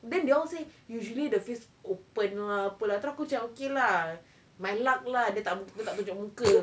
then they all say usually the face open lah apa lah terus aku macam okay lah my luck lah dia tak tunjuk muka